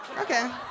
Okay